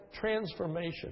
transformation